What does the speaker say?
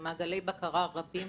עם מעגלי בקרה רבים